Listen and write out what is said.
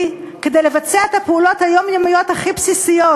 כדי לבצע את הפעולות היומיומיות הכי בסיסיות,